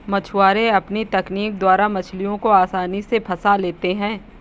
मछुआरे अपनी तकनीक द्वारा मछलियों को आसानी से फंसा लेते हैं